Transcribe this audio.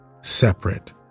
separate